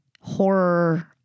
horror